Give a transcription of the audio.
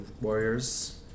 warriors